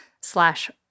slash